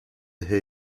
hear